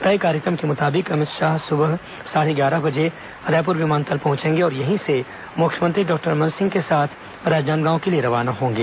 तय कार्यक्रम के मुताबिक अमित शाह सुबह साढ़े ग्यारह बजे रायपुर विमानतल पहंचेंगे और यही से मुख्यमंत्री डॉक्टर रमन सिंह के साथ राजनांदगांव के लिए रवाना होंगे